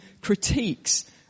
critiques